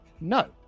No